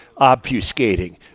obfuscating